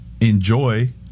enjoy